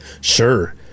Sure